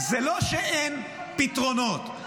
זה לא שאין פתרונות,